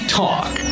talk